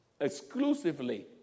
exclusively